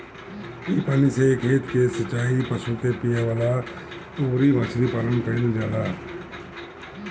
इ पानी से खेत कअ सिचाई, पशु के पियवला अउरी मछरी पालन कईल जाला